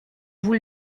vous